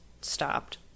stopped